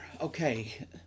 okay